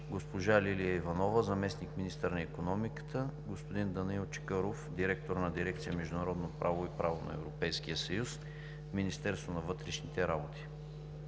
госпожа Лилия Иванова – заместник-министър на икономиката, господин Данаил Чакъров – директор на дирекция „Международно право и право на Европейския съюз” в Министерството на външните работи.